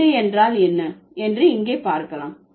தண்டு என்றால் என்ன என்று இங்கே பார்க்கலாம்